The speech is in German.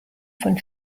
von